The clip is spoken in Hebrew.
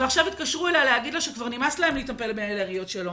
אבל עכשיו התקשרו אליה להגיד לה שכבר נמאס להם לטפל באלרגיות שלו,